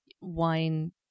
wine